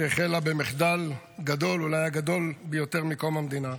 שהחלה במחדל גדול, אולי הגדול ביותר מקום המדינה.